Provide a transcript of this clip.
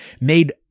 made